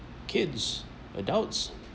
kids adults